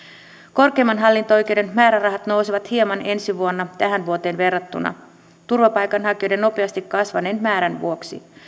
korkeimman hallinto oikeuden määrärahat nousevat hieman ensi vuonna tähän vuoteen verrattuna turvapaikanhakijoiden nopeasti kasvaneen määrän vuoksi